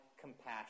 compassion